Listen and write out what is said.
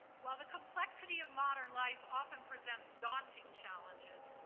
while the complexity of modern life often presents daunting challenges,